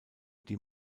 die